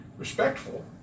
Respectful